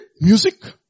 music